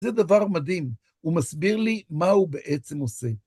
זה דבר מדהים, הוא מסביר לי מה הוא בעצם עושה.